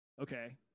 okay